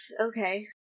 okay